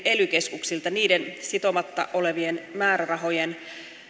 ely keskuksilta niiden sitomatta olevien määrärahojen